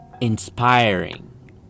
inspiring